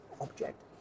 object